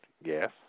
Yes